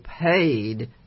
paid